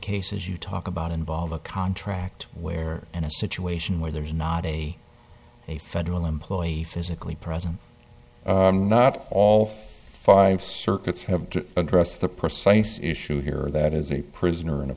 cases you talk about involve a contract where in a situation where there is not a a federal employee physically present not all five circuits have to address the precise issue here that is a prisoner in a